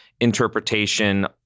interpretation